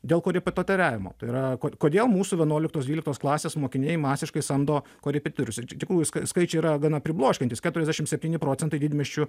dėl korepetitoriavimo tai yra kodėl mūsų vienuoliktos dvyliktos klasės mokiniai masiškai samdo korepetitorius ir čia tikrųjų skaičiai yra gana pribloškiantys keturiasdešim septyni procentai didmiesčių